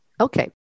Okay